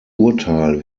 urteil